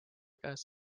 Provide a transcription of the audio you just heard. käest